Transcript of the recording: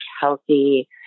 healthy